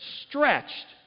stretched